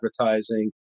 advertising